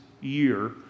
year